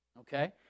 okay